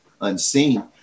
unseen